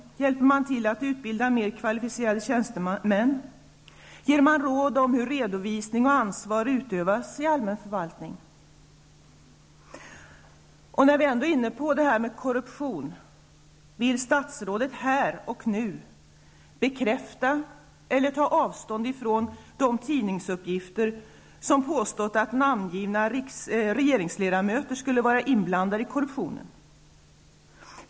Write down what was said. Hjälper man till att utbilda mer kvalificerade tjänstemän? Ger man råd om hur redovisning och ansvar utövas i allmän förvaltning? När vi ändå är inne på ämnet korruption, undrar jag om statsrådet här och nu vill bekräfta eller ta avstånd från de tidningsuppgifter där det har påståtts att namngivna regeringsledamöter skulle vara inblandade i korruptionen.